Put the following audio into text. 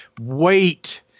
wait